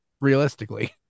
realistically